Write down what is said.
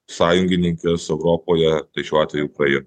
sąjungininkes europoje tai šiuo atveju ukrainą